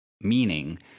meaning